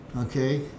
Okay